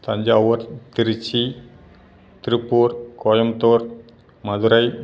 Thanjavur Tiruchi Tiruppur Coimbatore Madurai